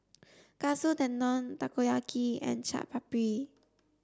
Katsu Tendon Takoyaki and Chaat Papri